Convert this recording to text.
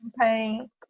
campaign